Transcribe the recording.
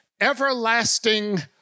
everlasting